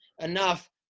enough